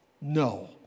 No